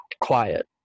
quiet